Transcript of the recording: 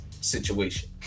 situation